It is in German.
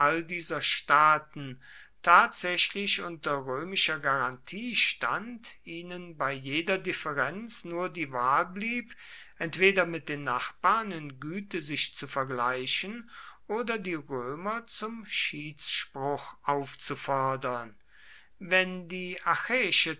dieser staaten tatsächlich unter römischer garantie stand ihnen bei jeder differenz nur die wahl blieb entweder mit den nachbarn in güte sich zu vergleichen oder die römer zum schiedsspruch aufzufordern wenn die